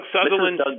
Sutherland